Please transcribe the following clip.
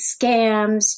scams